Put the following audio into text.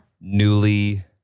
Newly